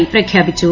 ആയി പ്രഖ്യാപിച്ചു